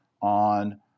on